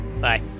Bye